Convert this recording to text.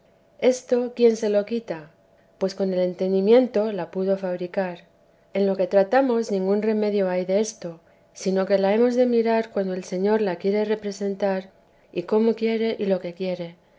esto quién se lo quita pues con el entendimiento la puede fabricar en lo que tratamos ningún remedio hay desto sino que la hemos de mirar cuando el señor la quiere representar y como quiere y lo que quiere